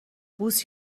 بوس